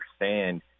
understand